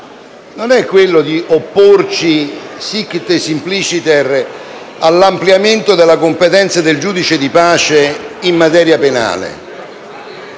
non è quello di opporci *sic et simpliciter* all'ampliamento della competenza del giudice di pace in materia penale;